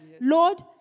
Lord